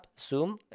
Zoom